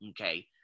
okay